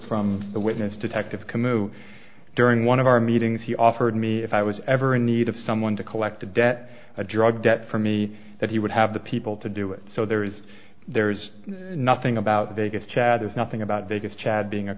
from the witness detective camino during one of our meetings he offered me if i was ever in need of someone to collect a debt a drug debt for me that he would have the people to do it so there is there is nothing about vegas chad is nothing about vegas chad being a